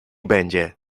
będzie